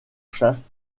chaste